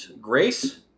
grace